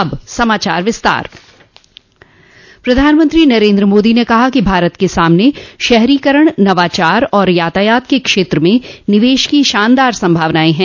अब समाचार विस्तार से प्रधानमंत्री नरेन्द्र मोदी ने कहा कि भारत के सामने शहरीकरण नवाचार और यातायात के क्षेत्र में निवेश की शानदार संभावनाएं हैं